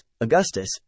Augustus